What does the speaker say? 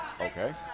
Okay